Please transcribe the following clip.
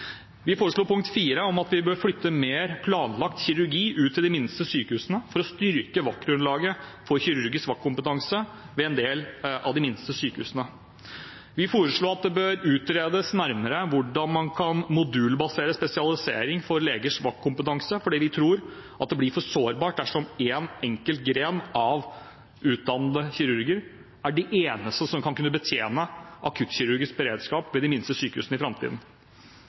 Vi foreslo å flytte mer planlagt kirurgi ut til de minste sykehusene for å styrke vaktgrunnlaget for kirurgisk vaktkompetanse ved en del av de minste sykehusene. Vi foreslo at det bør utredes nærmere hvordan man kan modulbasere spesialisering for legers vaktkompetanse, fordi vi tror at det blir for sårbart dersom en enkelt gren av utdannede kirurger er de eneste som skal kunne betjene akuttkirurgisk beredskap ved de minste sykehusene i framtiden.